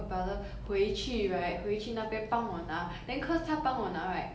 蜜蜂 stung until 那个 neck eh then I remember